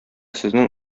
сезнең